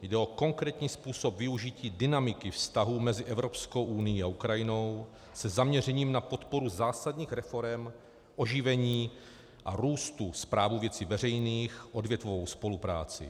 Jde o konkrétní způsob využití dynamiky vztahů mezi Evropskou unií a Ukrajinou se zaměřením na podporu zásadních reforem oživení a růstu, správu věcí veřejných, odvětvovou spolupráci.